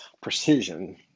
precision